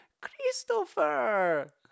Christopher